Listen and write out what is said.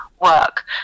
work